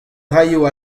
raio